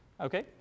okay